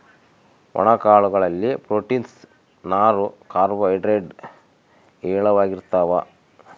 ಒಣ ಕಾಳು ಗಳಲ್ಲಿ ಪ್ರೋಟೀನ್ಸ್, ನಾರು, ಕಾರ್ಬೋ ಹೈಡ್ರೇಡ್ ಹೇರಳವಾಗಿರ್ತಾವ